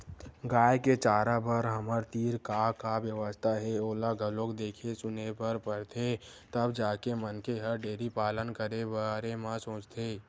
गाय के चारा बर हमर तीर का का बेवस्था हे ओला घलोक देखे सुने बर परथे तब जाके मनखे ह डेयरी पालन करे के बारे म सोचथे